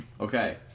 Okay